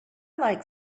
like